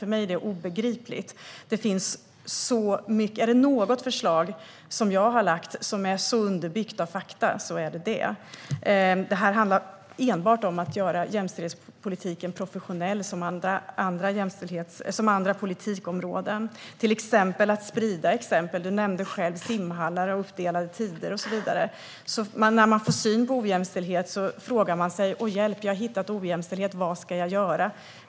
För mig är det obegripligt, för är det något förslag som jag har lagt fram som är så underbyggt av fakta så är det detta. Det här handlar enbart om att göra jämställdhetspolitiken professionell som andra politikområden. Det handlar till exempel om att sprida exempel. Erik Andersson nämnde själv simhallar som har uppdelade tider och så vidare. När man får syn på ojämställdhet så frågar man sig: "Åh, hjälp, jag har hittat ojämställdhet, vad ska jag göra"?